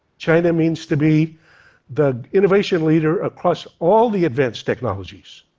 china means to be the innovation leader across all the advanced technologies.